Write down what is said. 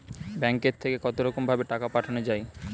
ব্যাঙ্কের থেকে কতরকম ভাবে টাকা পাঠানো য়ায়?